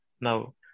now